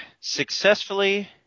successfully